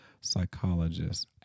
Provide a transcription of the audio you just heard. psychologist